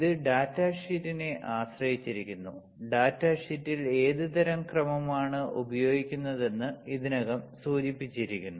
ഇത് ഡാറ്റാഷീറ്റിനെ ആശ്രയിച്ചിരിക്കുന്നു ഡാറ്റാ ഷീറ്റിൽ ഏത് തരം ക്രമമാണ് ഉപയോഗിക്കുന്നതെന്ന് ഇതിനകം സൂചിപ്പിച്ചിരിക്കുന്നു